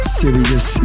serious